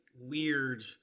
weird